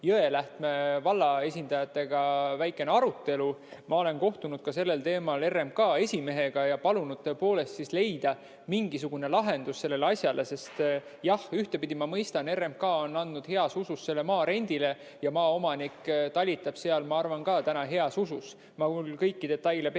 Jõelähtme valla esindajatega väikene arutelu. Ma olen kohtunud sellel teemal ka RMK esimehega ja palunud leida mingisuguse lahenduse sellele asjale. Jah, ühtpidi ma mõistan, et RMK on andnud heas usus selle maa rendile ja maaomanik talitab seal ka, ma arvan, heas usus. Kõiki detaile ma